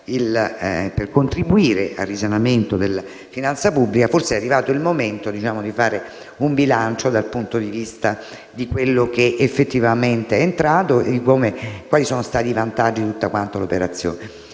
per contribuire al risanamento della finanza pubblica, forse è arrivato il momento di fare un bilancio e considerare ciò che effettivamente è entrato e quali sono stati i vantaggi. Nello specifico,